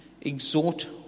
exhort